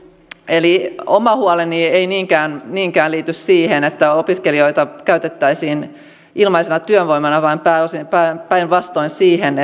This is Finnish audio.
eli oma huoleni ei niinkään niinkään liity siihen että opiskelijoita käytettäisiin ilmaisena työvoimana vaan päinvastoin siihen